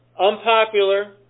unpopular